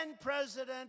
President